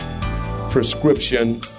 Prescription